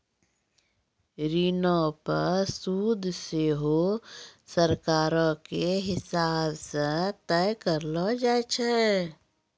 ऋणो पे सूद सेहो सरकारो के हिसाब से तय करलो जाय छै